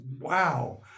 wow